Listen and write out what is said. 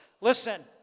Listen